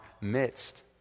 midst